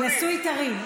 הוא נשוי טרי.